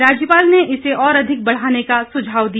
राज्यपाल ने इसे और अधिक बढ़ाने का सुझाव दिया